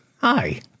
Hi